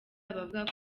abavuga